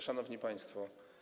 Szanowni Państwo!